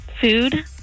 food